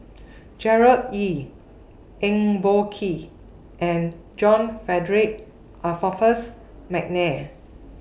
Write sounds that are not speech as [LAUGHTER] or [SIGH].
[NOISE] Gerard Ee Eng Boh Kee and John Frederick Adolphus Mcnair